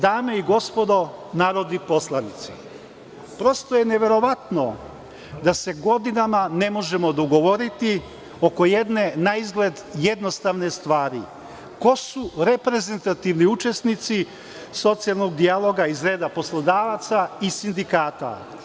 Dame i gospodo narodni poslanici, prosto je neverovatno da se godinama ne možemo dogovoriti oko jedne naizgled jednostavne stvari - ko su reprezentativni učesnici socijalnog dijaloga iz reda poslodavaca i sindikata?